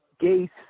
Gates